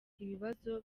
ibibazo